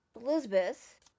elizabeth